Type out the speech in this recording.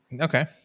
Okay